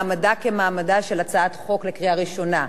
מעמדה כמעמדה של הצעת חוק בקריאה ראשונה.